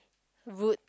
rude